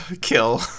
kill